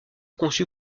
conçue